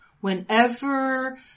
whenever